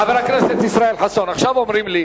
חבר הכנסת ישראל חסון, עכשיו אומרים לי